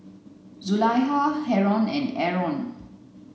Zulaikha Haron and Aaron